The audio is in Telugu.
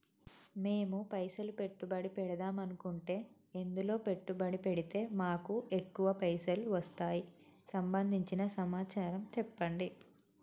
మేము పైసలు పెట్టుబడి పెడదాం అనుకుంటే ఎందులో పెట్టుబడి పెడితే మాకు ఎక్కువ పైసలు వస్తాయి సంబంధించిన సమాచారం చెప్పండి?